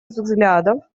взглядов